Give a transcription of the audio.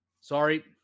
Sorry